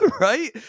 Right